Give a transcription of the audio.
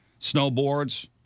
snowboards